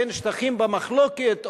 שטחים במחלוקת,